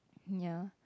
ya